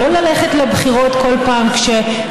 ולקראת עתיד ורוד למלחמה בכל